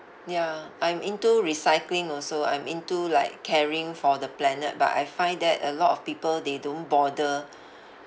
ya I'm into recycling also I'm into like caring for the planet but I find that a lot of people they don't bother